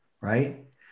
right